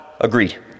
Agreed